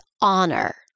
honor